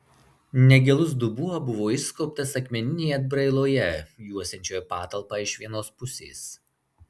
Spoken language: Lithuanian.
negilus dubuo buvo išskobtas akmeninėje atbrailoje juosiančioje patalpą iš vienos pusės